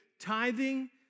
tithing